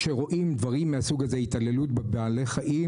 כשרואים דברים מהסוג הזה התעללות בבעלי-חיים